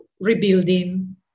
rebuilding